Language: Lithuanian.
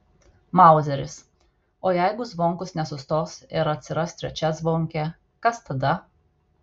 mauzeris o jeigu zvonkus nesustos ir atsiras trečia zvonkė kas tada